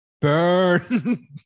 Burn